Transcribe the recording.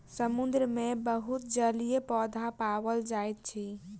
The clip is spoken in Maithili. समुद्र मे बहुत जलीय पौधा पाओल जाइत अछि